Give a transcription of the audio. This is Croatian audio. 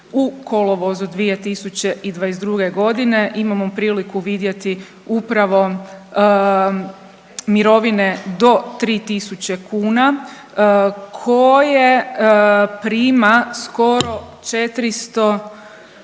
u kolovozu 2022. godine imamo priliku vidjeti upravo mirovine do 3.000 kuna koje prima skoro 400,